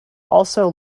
also